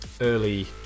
early